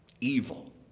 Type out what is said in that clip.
evil